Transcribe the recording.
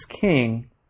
king